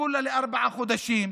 וכולה לארבעה חודשים,